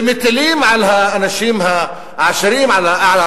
ומטילים על האנשים העניים,